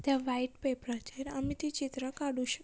त्या व्हायट पेपराचेर आमी ती चित्रां काडूक शकता